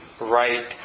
right